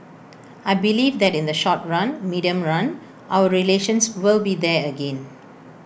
I believe that in the short run medium run our relations will be there again